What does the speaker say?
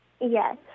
Yes